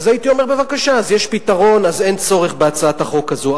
הייתי אומר: בבקשה, אז אין צורך בהצעת החוק הזו.